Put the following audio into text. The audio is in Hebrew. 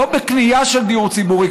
לא בקנייה של דיור ציבורי,